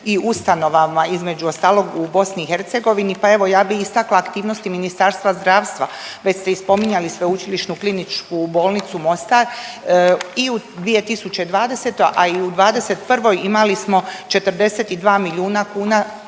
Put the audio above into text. i ustanovama između ostalog u BiH, pa evo ja bi istakla aktivnosti Ministarstva zdravstva, već ste i spominjali Sveučilišnu kliničku bolnicu Mostar i u 2020., a i u '21. imali smo 42 milijuna kuna